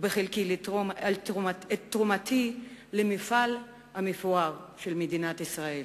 בחלקי לתרום את תרומתי למפעל המפואר של מדינת ישראל.